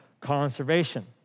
conservation